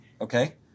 okay